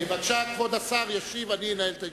בבקשה, כבוד השר ישיב, ואני אנהל את הישיבה.